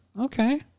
Okay